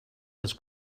was